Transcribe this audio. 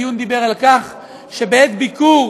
הדיון דיבר על כך שבעת ביקור